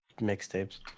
mixtapes